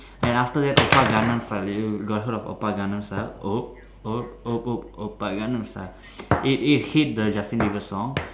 and after that Oppa Gangnam style did you you got hear of Oppa Gangnam style op op op op Oppa Gangnam style it it hit the Justin Bieber song